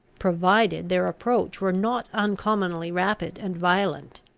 provided their approach were not uncommonly rapid and violent.